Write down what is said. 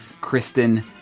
Kristen